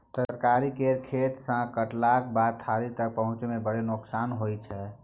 तरकारी केर खेत सँ कटलाक बाद थारी तक पहुँचै मे बड़ नोकसान होइ छै